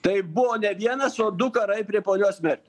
tai buvo ne vienas o du karai prie ponios merkel